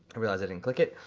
realized i didn't click it.